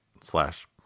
slash